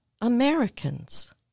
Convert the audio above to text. Americans